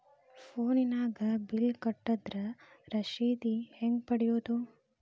ಫೋನಿನಾಗ ಬಿಲ್ ಕಟ್ಟದ್ರ ರಶೇದಿ ಹೆಂಗ್ ಪಡೆಯೋದು?